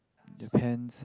the paints